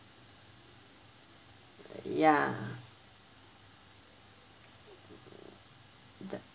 ya the